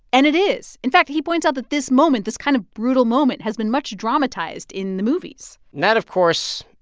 and it is. in fact, he points out that this moment this kind of brutal moment has been much dramatized in the movies and that, of course,